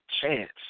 chance